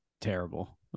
terrible